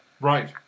Right